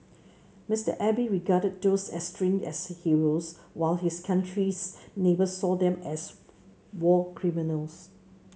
Mister Abe regarded those enshrined as heroes while his country's neighbours saw them as war criminals